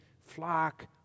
flock